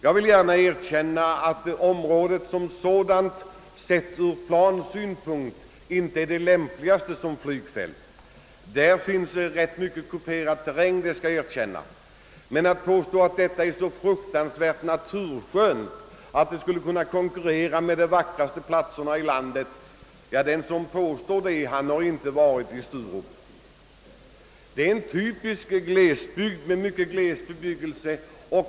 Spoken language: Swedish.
Jag vill gärna erkänna att området som sådant ur plansynpunkt inte är det lämpligaste som flygfält; det finns där rätt mycket kuperad terräng. Men den som påstår att området är så otroligt naturskönt att det skulle kunna konkurrera med de vackraste platserna i landet, har. inte varit i Sturup. Där finns typisk glesbebyggelse.